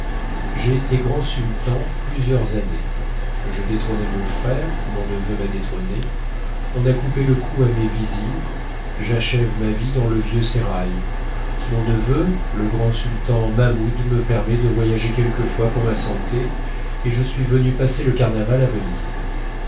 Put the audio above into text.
plusieurs années je détrônai mon frère mon neveu m'a détrôné on a coupé le cou à mes vizirs j'achève ma vie dans le vieux sérail mon neveu le grand sultan mahmoud me permet de voyager quelquefois pour ma santé et je suis venu passer le carnaval à venise